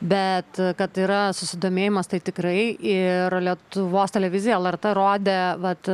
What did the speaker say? bet kad yra susidomėjimas tai tikrai ir lietuvos televizija lrt rodė vat